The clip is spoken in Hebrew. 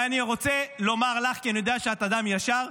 ואני רוצה לומר לך, כי אני יודע שאת אדם ישר: